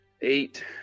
Eight